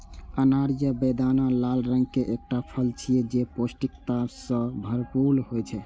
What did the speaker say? अनार या बेदाना लाल रंग के एकटा फल छियै, जे पौष्टिकता सं भरपूर होइ छै